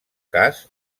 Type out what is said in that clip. cas